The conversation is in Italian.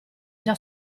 già